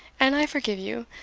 and i forgive you.